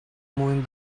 moving